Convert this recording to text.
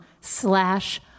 slash